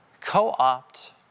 co-opt